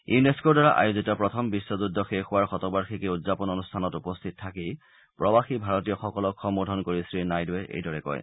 ইউনস্থৰ দ্বাৰা আয়োজিত প্ৰথম বিশ্বযুদ্ধ শেষ হোৱাৰ শতবাৰ্ষিকী উদযাপন অনুষ্ঠানত উপস্থিত থাকি প্ৰবাসী ভাৰতীয়সকলক সম্বোধন কৰি শ্ৰীনাইডুৱে এইদৰে কয়